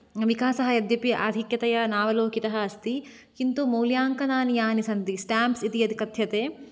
विकासः यद्यपि आधिक्यतया नावलोकितः अस्ति किन्तु मूल्याङ्कनानि यानि सन्ति स्टेप्म्स् इति यत् कथ्यते